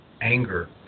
anger